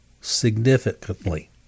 significantly